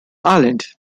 island